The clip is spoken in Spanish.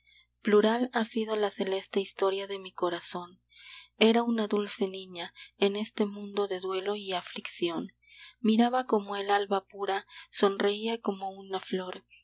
plural ha sido la celeste historia de mi corazón era una dulce niña en este mundo de duelo y aflicción miraba como el alba pura sonreía como una flor